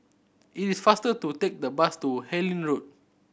it is faster to take the bus to Harlyn Road